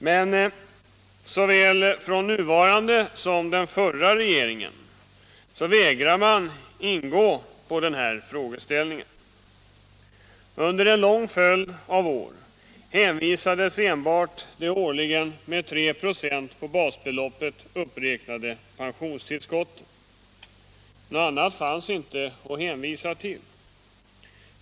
Men från såväl den nuvarande som den förra regeringen vägrar man ingå på denna frågeställning. Under en lång följd av år hänvisades enbart till de årligen med 3 26 på basbeloppet uppräknade pensionstillskotten. Något annat fanns inte att hänvisa till.